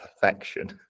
perfection